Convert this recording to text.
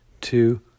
two